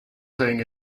playing